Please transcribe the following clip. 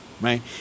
right